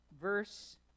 verse